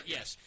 Yes